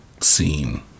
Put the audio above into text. scene